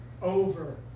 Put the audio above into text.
Over